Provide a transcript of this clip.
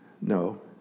No